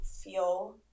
feel